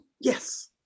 Yes